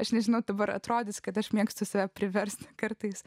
aš nežinau dabar atrodys kad aš mėgstu save priversti kartais